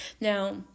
now